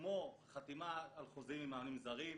כמו חתימה על חוזים עם מאמנים זרים,